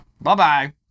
Bye-bye